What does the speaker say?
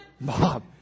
Bob